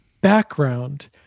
background